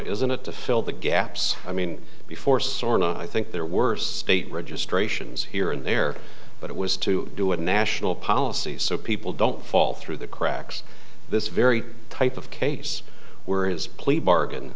isn't it to fill the gaps i mean before sort of i think their worst state registrations here and there but it was to do a national policy so people don't fall through the cracks this very type of case where his plea bargain